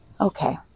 Okay